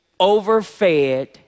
overfed